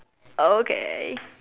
okay